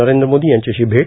नरेंद्र मोदी यांच्याशी भेट